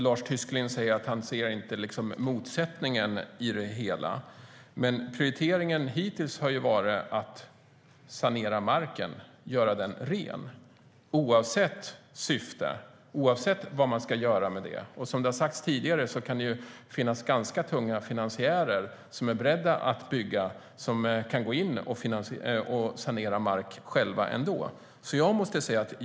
Lars Tysklind säger att han inte ser en motsättning, men prioriteringen har hittills varit att sanera marken, göra den ren, oavsett syftet med marken. Som det har sagts tidigare kan det finnas tunga finansiärer som är beredda att bygga och som kan gå in och sanera mark själva.